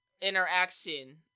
Interaction